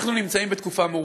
אנחנו נמצאים בתקופה מורכבת,